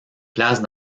place